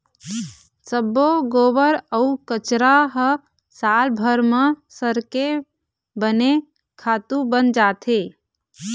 सब्बो गोबर अउ कचरा ह सालभर म सरके बने खातू बन जाथे